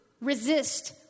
resist